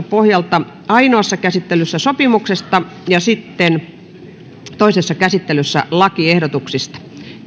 pohjalta ainoassa käsittelyssä sopimuksesta ja sitten toisessa käsittelyssä lakiehdotuksista